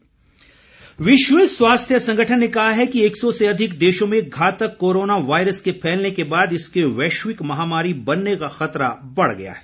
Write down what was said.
corona विश्व स्वास्थ्य संगठन ने कहा है कि एक सौ से अधिक देशों में घातक कोरोना वायरस के फैलने के बाद इसके वैश्विक महामारी बनने का खतरा बढ़ गया है